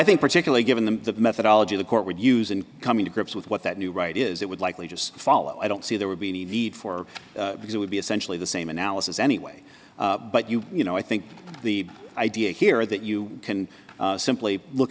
think particularly given the methodology the court would use in coming to grips with what that new right is it would likely just fall i don't see there would be any need for because it would be essentially the same analysis anyway but you you know i think the idea here that you can simply look